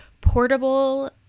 portable